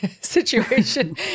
situation